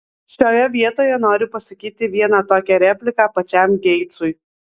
šioje vietoje noriu pasakyti vieną tokią repliką pačiam geitsui